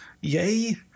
Yay